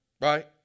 right